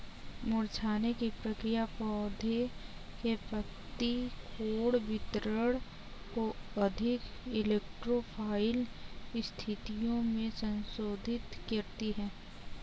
मुरझाने की प्रक्रिया पौधे के पत्ती कोण वितरण को अधिक इलेक्ट्रो फाइल स्थितियो में संशोधित करती है